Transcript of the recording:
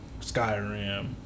Skyrim